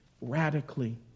radically